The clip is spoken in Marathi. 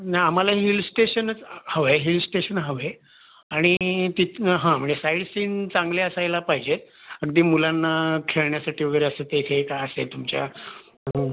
नाही आम्हाला हिल स्टेशनच हवं आहे हिल स्टेशन हवं आहे आणि तिथनं हां म्हणजे साईट सीन चांगले असायला पाहिजे आहेत अगदी मुलांना खेळण्यासाठी वगैरे असं तेथे काय असेल तुमच्या रूम